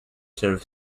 serve